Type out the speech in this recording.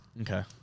Okay